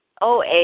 OA